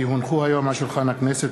כי הונחו היום על שולחן הכנסת,